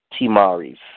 Timari's